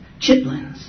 chitlins